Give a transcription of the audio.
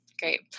Great